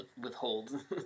withhold